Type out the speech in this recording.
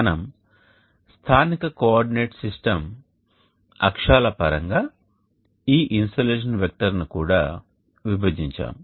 మనము స్థానిక coordinate system అక్షాల పరంగా ఈ ఇన్సోలేషన్ వెక్టర్ను కూడా విభజించాము